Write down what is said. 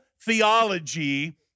theology